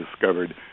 discovered